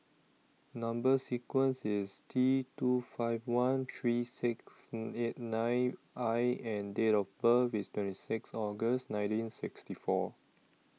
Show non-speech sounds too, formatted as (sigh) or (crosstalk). Number sequence IS T two five one three six (unintelligible) eight nine I and Date of birth IS twenty six August nineteen sixty four